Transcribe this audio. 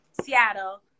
Seattle